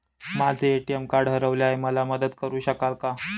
माझे ATM card हरवले आहे, मला मदत करु शकाल का?